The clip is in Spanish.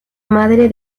madre